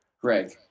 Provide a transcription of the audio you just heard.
Greg